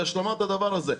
בהשלמת הדבר הזה.